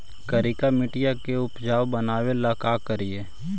करिकी मिट्टियां के उपजाऊ बनावे ला का करी?